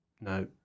No